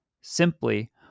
Simply